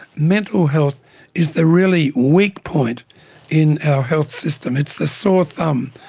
mental health is the really weak point in our health system, it's the sore thumb,